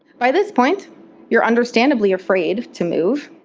by this point you're understandably afraid to move,